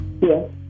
Yes